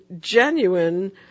genuine